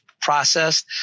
Processed